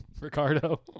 Ricardo